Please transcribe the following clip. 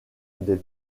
des